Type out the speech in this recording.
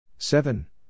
Seven